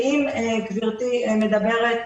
אם גברתי מדברת